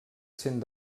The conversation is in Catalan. sent